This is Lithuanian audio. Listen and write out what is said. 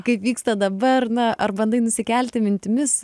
kaip vyksta dabar na ar bandai nusikelti mintimis